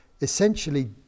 essentially